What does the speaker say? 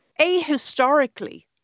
ahistorically